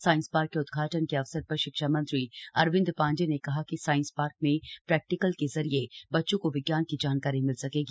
science park के उद्घाटन के अवसर पर शिक्षा मंत्री अरविन्द पाण्डेय ने कहा कि साइंस पार्क में प्रैक्टिकल के जरिए बच्चों को विज्ञान की जानकारी मिल सकेगी